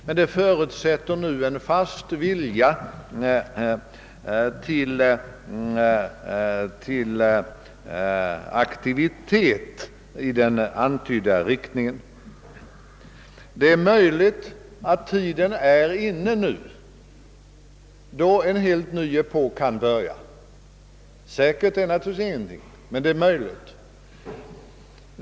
Men detta förutsätter en fast vilja till aktivitet i den antydda riktningen. Det är möjligt att en helt ny epok nu kan börja. Säkert är det naturligtvis inte, men det är alltså möjligt.